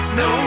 no